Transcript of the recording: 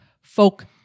folk